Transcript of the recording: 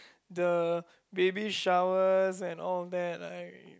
the baby shower and all that I